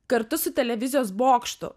kartu su televizijos bokštu